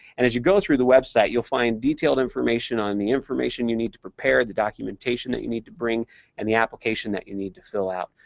and as you go through the website you'll find detailed information on the information you need to prepare, the documentation that you need to bring and the application that you need to fill out.